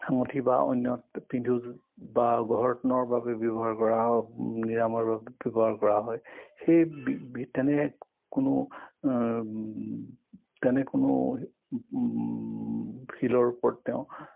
আঙুঠি বা অন্য পিন্ধোঁ বা ঘৰটনৰ বাবে ব্যৱহাৰ কৰা হয় নিৰাময়ৰ বাবে ব্যৱহাৰ কৰা হয় সেই তেনে কোনো তেনে কোনো শিলৰ ওপৰত তেওঁ